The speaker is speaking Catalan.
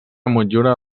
motllura